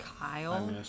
Kyle